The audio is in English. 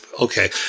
okay